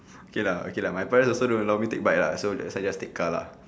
okay lah okay lah my parents also don't allow me take bike lah so that's why just take car lah